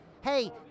Hey